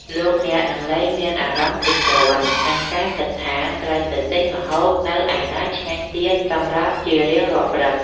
លោកអ្នកនឹងលែងមានអារម្មណ៍ធុញទ្រាន់នឹងការគិតថាត្រូវទៅទិញម្ហូបនៅឯណាឆ្ងាយទៀតសម្រាប់ជារៀងរាល់ព្រឹក។